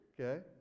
okay